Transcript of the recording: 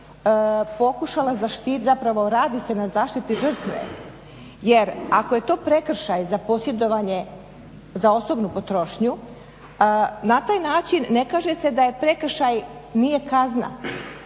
pokušala zaštiti, zapravo radi se na zaštiti žrtve jer ako je to prekršaj za posjedovanje za osobnu potrošnju, na taj način ne kaže se da je prekršaj nije kazna